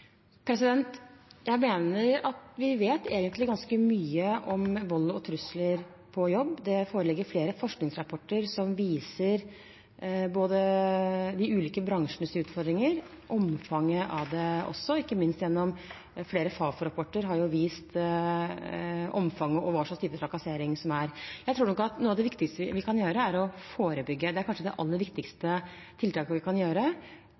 Jeg mener at vi egentlig vet ganske mye om vold og trusler på jobb. Det foreligger flere forskningsrapporter som viser både de ulike bransjenes utfordringer og omfanget av dem. Ikke minst har flere Fafo-rapporter vist omfanget og hvilken type trakassering som forekommer. Jeg tror at noe av det viktigste vi kan gjøre, er å forebygge – det er kanskje det aller viktigste tiltaket vi kan